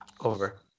Over